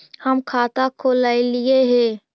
हम खाता खोलैलिये हे?